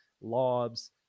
lobs